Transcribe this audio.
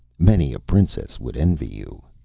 many a princess would envy you.